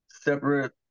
separate